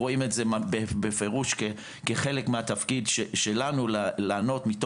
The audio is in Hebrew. הן כפופות להחלטות הפיקוד של המשטרה אם לבצע אותן או לא לבצע אותן.